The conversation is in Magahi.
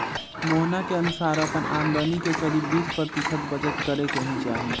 मोहना के अनुसार अपन आमदनी के करीब बीस प्रतिशत बचत करे के ही चाहि